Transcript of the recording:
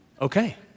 okay